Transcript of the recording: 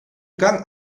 gang